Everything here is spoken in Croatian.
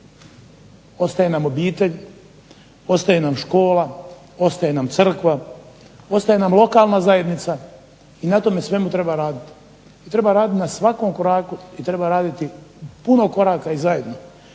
ostaje nam obitelj, ostaje nam škola, ostaje nam crkva, ostaje nam lokalna zajednica i na tome svemu treba raditi. I treba raditi na svakom koraku i treba raditi puno koraka i zajedno.